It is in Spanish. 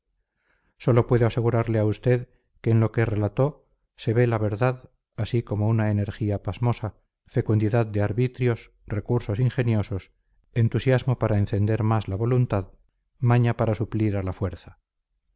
divina sólo puedo asegurarle a usted que en lo que relató se ve la verdad así como una energía pasmosa fecundidad de arbitrios recursos ingeniosos entusiasmo para encender más la voluntad maña para suplir a la fuerza